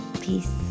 Peace